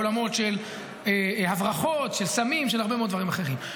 בעולמות של הברחות של סמים ושל הרבה מאוד דברים אחרים.